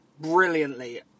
brilliantly